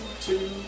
two